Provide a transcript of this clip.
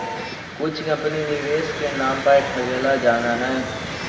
कुछ कंपनी निवेश के नाम पर ठगेला जानऽ हइ